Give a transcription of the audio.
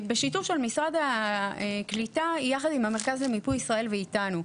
בשיתוף של משרד הקליטה ביחד עם המרכז למיפוי ישראל ואיתנו.